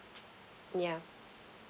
yeah